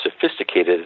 sophisticated